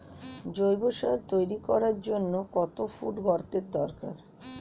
জৈব সার তৈরি করার জন্য কত ফুট গর্তের দরকার?